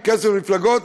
כסף למפלגות,